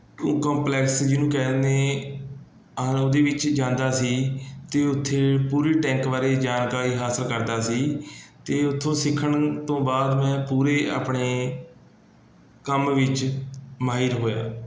ਉਹ ਕੌਂਪਲੈਕਸ ਜਿਹਨੂੰ ਕਹਿੰਦੇ ਹਨ ਉਹਦੇ ਵਿੱਚ ਜਾਂਦਾ ਸੀ ਅਤੇ ਉੱਥੇ ਪੂਰੀ ਟੈਂਕ ਬਾਰੇ ਜਾਣਕਾਰੀ ਹਾਸਿਲ ਕਰਦਾ ਸੀ ਅਤੇ ਉੱਥੋਂ ਸਿੱਖਣ ਤੋਂ ਬਾਅਦ ਮੈਂ ਪੂਰੇ ਆਪਣੇ ਕੰਮ ਵਿੱਚ ਮਾਹਿਰ ਹੋਇਆ